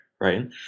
right